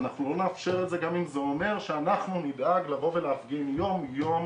אנחנו לא נאפשר את זה גם אם זה אומר שאנחנו נדאג לבוא ולהפגין יום יום